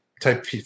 type